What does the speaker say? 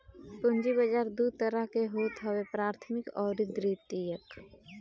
पूंजी बाजार दू तरह के होत हवे प्राथमिक अउरी द्वितीयक